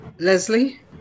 Leslie